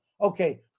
Okay